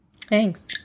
Thanks